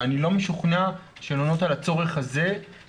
ואני לא משוכנע שהן עונות על הצורך הזה באופן